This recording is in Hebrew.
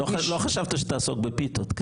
לא חשבת שתעסוק בפיתות.